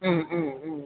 മ്മ് മ്മ് മ്മ്